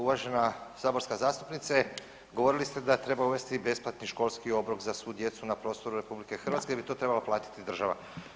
Uvažena saborska zastupnice, govorili ste da treba uvesti besplatni školski obrok za svu djecu na prostoru RH, da bi to trebala platiti država.